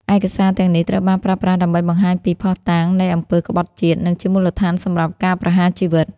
ឯកសារទាំងនេះត្រូវបានប្រើប្រាស់ដើម្បីបង្ហាញពី ភស្តុតាង នៃអំពើក្បត់ជាតិ និងជាមូលដ្ឋានសម្រាប់ការប្រហារជីវិត។